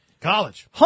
College